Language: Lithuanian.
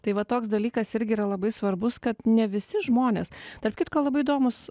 tai va toks dalykas irgi yra labai svarbus kad ne visi žmonės tarp kitko labai įdomus